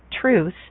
Truth